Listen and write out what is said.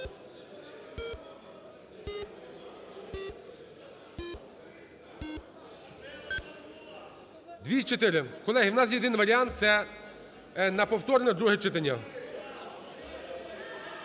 За-204 Колеги, у нас єдиний варіант – це на повторне друге читання.